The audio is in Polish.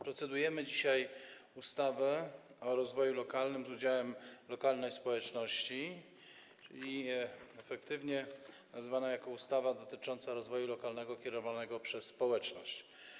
Procedujemy dzisiaj nad ustawą o rozwoju lokalnym z udziałem lokalnej społeczności, efektywnie nazywaną ustawą dotyczącą rozwoju lokalnego kierowanego przez społeczność.